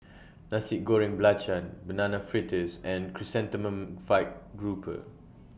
Nasi Goreng Belacan Banana Fritters and Chrysanthemum Fried Grouper